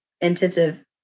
intensive